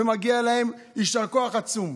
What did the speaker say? מגיע להם יישר כוח עצום,